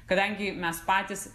kadangi mes patys